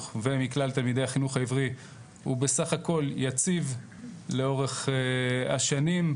ומכלל תלמידי החינוך העברי הוא בסך הכל יציב לאורך השנים,